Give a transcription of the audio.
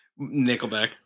Nickelback